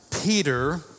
Peter